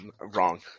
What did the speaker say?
wrong